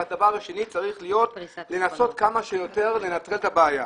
ודבר שני צריך לנסות כמה שיותר לנטרל את הבעיה.